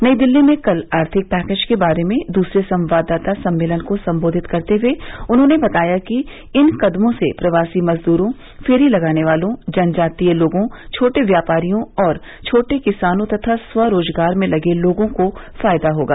नई दिल्ली में कल आर्थिक पैकेज के बारे में दूसरे संवाददाता सम्मेलन को संबोधिंत करते हए उन्होंने बताया कि इन कदमों से प्रवासी मजद्रों फेरी लगाने वालों जनजातीय लोगों छोटे व्यापारियों और छोटे किसानों तथा स्व रोजगार में लगे लोगों को फायदा होगा